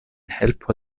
helpo